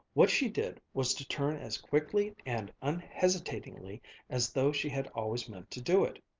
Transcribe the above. what she did was to turn as quickly and unhesitatingly as though she had always meant to do it,